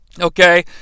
okay